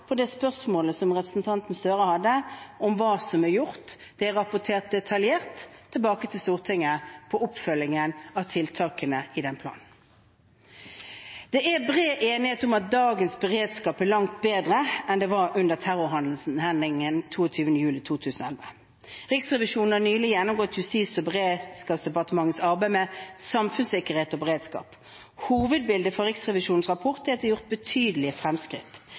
det gjelder det spørsmålet som representanten Gahr Støre hadde om hva som er gjort. Det er rapportert detaljert tilbake til Stortinget på oppfølgingen av tiltakene i den planen. Det er bred enighet om at dagens beredskap er langt bedre enn det den var under terrorhendelsen 22. juli 2011. Riksrevisjonen har nylig gjennomgått Justis- og beredskapsdepartementets arbeid med samfunnssikkerhet og beredskap. Hovedbildet fra Riksrevisjonens rapport er at det er gjort betydelige fremskritt,